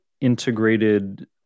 integrated